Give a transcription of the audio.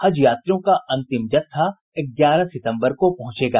हज यात्रियों का अंतिम जत्था ग्यारह सितम्बर को पहुंचेगा